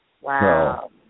Wow